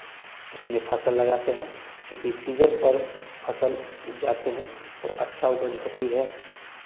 उसमें फ़सल लगाते हैं क्योंकि सीजन पर फ़सल उपजाते हैं तो अच्छा उपज होती है